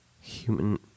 Human